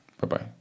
Bye-bye